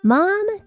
Mom